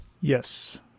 Yes